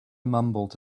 mumbled